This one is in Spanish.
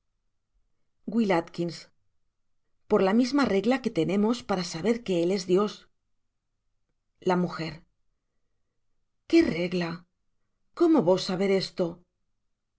w a por la misma regla que tenemos para saber que él es dios la m qué regla cómo vos saber esto